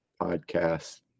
podcast